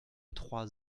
trois